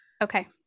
Okay